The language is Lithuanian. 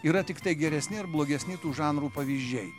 yra tiktai geresni ar blogesni tų žanrų pavyzdžiai